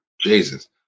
jesus